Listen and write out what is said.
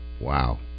Wow